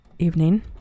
evening